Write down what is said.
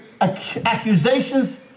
accusations